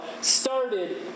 started